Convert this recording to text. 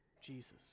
Jesus